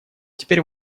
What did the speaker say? теперь